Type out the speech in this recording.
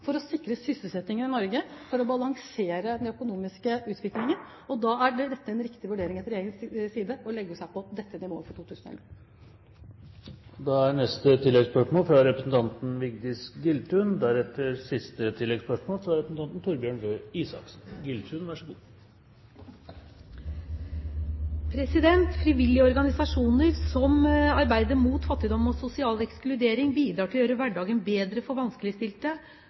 for å sikre sysselsettingen i Norge, for å balansere den økonomiske utviklingen, og da er det en riktig vurdering fra regjeringens side å legge seg på dette nivået for 2011. Vigdis Giltun – til oppfølgingsspørsmål. Frivillige organisasjoner som arbeider mot fattigdom og sosial ekskludering, bidrar til å gjøre hverdagen bedre for vanskeligstilte,